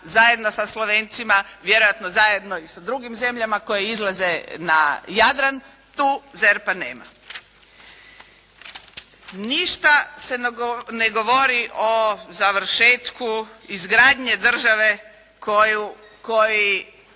zajedno sa Slovencima, vjerojatno zajedno i sa drugim zemljama koje izlaze na Jadran. Tu ZERP-a nema. Ništa se ne govori o završetku izgradnje države koji